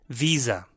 visa